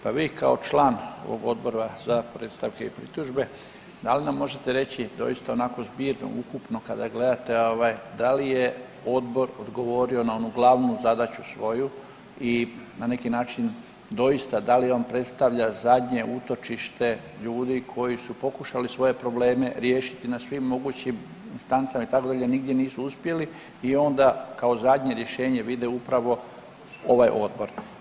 Pa vi kao član Odbora za predstavke i pritužbe da li nam možete reći doista onako zbirno ukupno kada gledate da li je odbor odgovorio na onu glavnu zadaću svoju i na neki način doista da li on predstavlja zadnje utočište ljudi koji su pokušali svoje probleme riješiti na svim mogućim instancama itd., nigdje nisu uspjeli i onda kao zadnje rješenje vide upravo ovaj odbor.